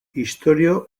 istorio